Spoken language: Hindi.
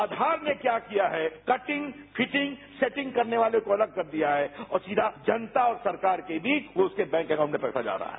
आधार ने क्या किया है कटिंग फिटिंग सेटिंग करने वाले को अलग कर दिया है और सीधा जनता और सरकार के बीच उसके बैंक अकाउंट में पैसा जा रहा है